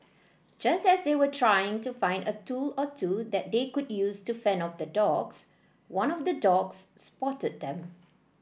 just as they were trying to find a tool or two that they could use to fend off the dogs one of the dogs spotted them